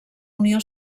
unió